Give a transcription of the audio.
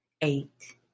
eight